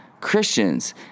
Christians